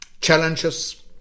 challenges